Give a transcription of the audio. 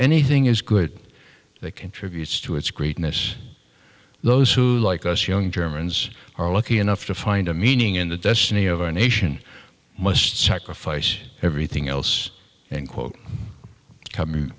anything is good that contributes to its greatness those who like us young germans are lucky enough to find a meaning in the destiny of our nation must sacrifice everything else and quote come you